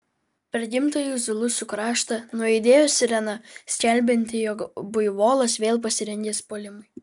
per gimtąjį zulusų kraštą nuaidėjo sirena skelbianti jog buivolas vėl pasirengęs puolimui